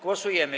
Głosujemy.